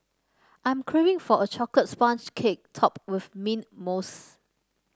I'm craving for a chocolate sponge cake topped with mint mousse